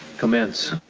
commence.